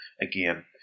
again